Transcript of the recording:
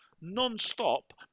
non-stop